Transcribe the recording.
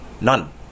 None